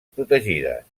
protegides